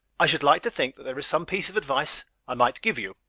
i should like to think that there is some piece of advice i might give you,